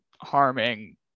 harming